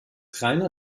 rainer